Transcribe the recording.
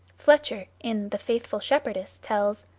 fletcher, in the faithful shepherdess, tells